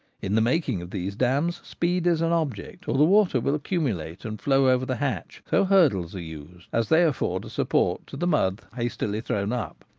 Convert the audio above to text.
in the making of these dams speed is an object, or the water will accumulate and flow over the hatch so hurdles are used, as they afford a support to the mud hastily thrown up.